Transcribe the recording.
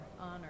honor